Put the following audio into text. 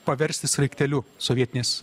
paversti sraigteliu sovietinės